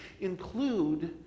include